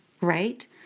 right